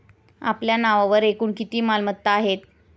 आपल्या नावावर एकूण किती मालमत्ता आहेत?